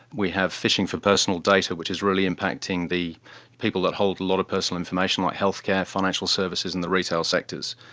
we have phishing for personal data, which is really impacting the people that hold a lot of personal information like healthcare, financial services and the retail sectors.